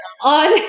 on